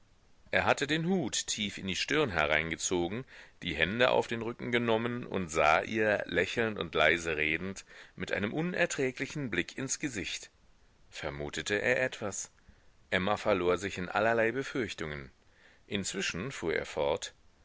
er hatte den hut tief in die stirn hereingezogen die hände auf den rücken genommen und sah ihr lächelnd und leise redend mit einem unerträglichen blick ins gesicht vermutete er etwas emma verlor sich in allerlei befürchtungen inzwischen fuhr er fort